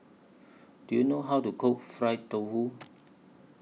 Do YOU know How to Cook Fried Tofu